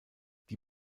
die